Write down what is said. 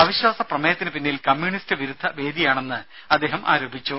അവിശ്വാസ പ്രമേയത്തിനു പിന്നിൽ കമ്മ്യൂണിസ്റ്റ് വിരുദ്ധ വേദിയാണെന്ന് അദ്ദേഹം ആരോപിച്ചു